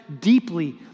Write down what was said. deeply